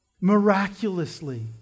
miraculously